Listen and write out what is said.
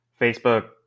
Facebook